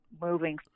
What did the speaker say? moving